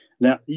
Now